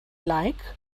like